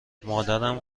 مادرم